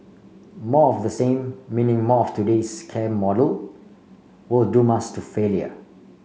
more of the same meaning more of today's care model will doom us to failure